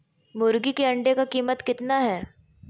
मुर्गी के अंडे का कीमत कितना है?